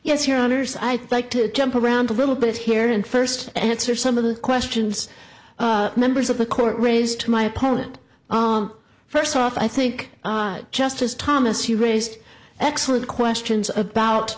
yes your honour's i think to jump around a little bit here and first answer some of the questions members of the court raised to my opponent first off i think justice thomas you raised excellent questions about